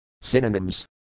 Synonyms